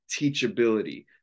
teachability